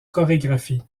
chorégraphies